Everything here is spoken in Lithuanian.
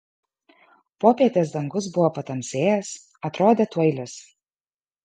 popietės dangus buvo patamsėjęs atrodė tuoj lis